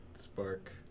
spark